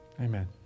amen